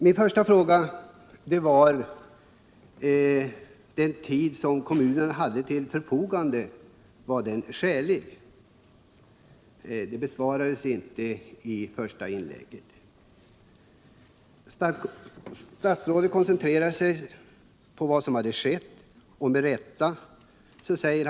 Min första fråga gällde om den tid kommunerna haft till förfogande var skälig. Den besvarades inte i statsrådets första inlägg. Statsrådet koncentrerade sig — med rätta — på vad som hade skett.